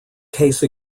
case